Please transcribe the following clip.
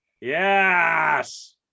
Yes